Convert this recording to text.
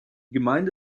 gemeinde